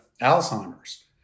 Alzheimer's